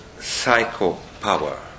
psycho-power